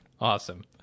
Awesome